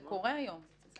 זה קורה היום ממילא.